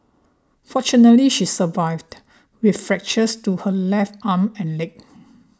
fortunately she survived with fractures to her left arm and leg